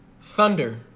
Thunder